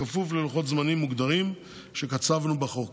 בכפוף ללוחות זמנים מוגדרים שקצבנו בחוק.